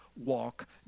walk